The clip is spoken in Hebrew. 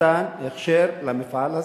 נתן הכשר למפעל הזה.